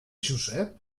josep